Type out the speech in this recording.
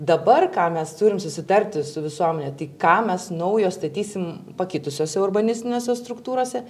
dabar ką mes turim susitarti su visuomene tai ką mes naujo statysim pakitusiose urbanistinėse struktūrose